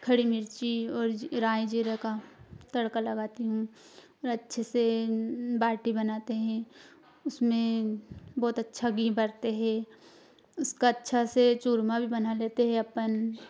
खड़ी मिर्ची और ज राई जीरे का तड़का लगाती हूँ और अच्छे से बाटी बनाते हैं उसमें बहुत अच्छा घी भरते हैं उसका अच्छा से चूरमा भी बना लेते हैं अपन